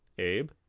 Abe